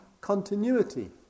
continuity